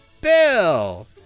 Bill